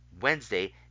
Wednesday